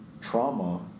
Trauma